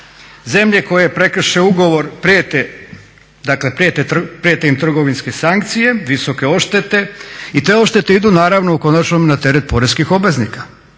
Zemlje koje prekrše ugovor prijete, dakle prijete im trgovinske sankcije, visoke odštete i te odštete idu naravno konačno i na teret poreskih obveznika,